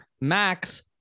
Max